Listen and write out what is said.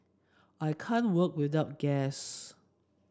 I can't work without gas